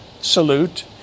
Salute